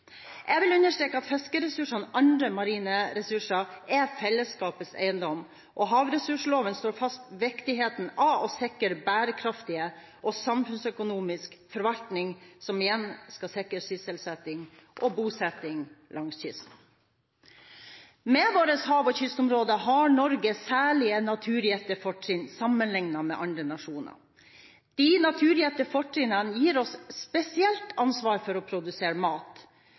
Jeg vil understreke at fiskeressursene og andre marine ressurser er fellesskapets eiendom, og havressursloven slår fast viktigheten av å sikre en bærekraftig og samfunnsøkonomisk forvaltning, som igjen skal sikre sysselsetting og bosetting langs kysten. Med våre hav- og kystområder har Norge særlig naturgitte fortrinn sammenlignet med andre nasjoner. De naturgitte fortrinnene gir oss spesielt ansvar for å produsere mat,